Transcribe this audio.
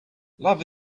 love